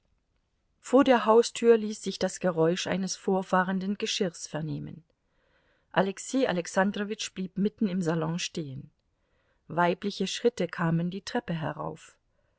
vor der haustür ließ sich das geräusch eines vorfahrenden geschirrs vernehmen alexei alexandrowitsch blieb mitten im salon stehen weibliche schritte kamen die treppe herauf